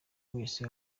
wese